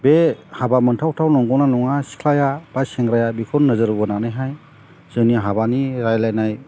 बे हाबा मोनथाव थाव नंगौना नङा सिख्लाया बा सेंग्राया बेखौ नोजोर बोनानैहाय जोंनि हाबानि रायज्लायनाय